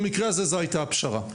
במקרה הזה זו היתה הפשרה.